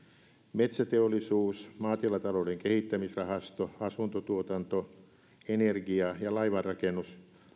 metsäteollisuus maatilatalouden kehittämisrahasto asuntotuotanto energia ja laivarakennus